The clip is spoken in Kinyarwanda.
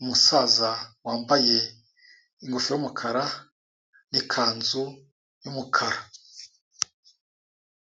umusaza wambaye ingofero y'umukara n'ikanzu'umukara.